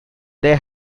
they